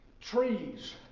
trees